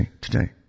today